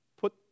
put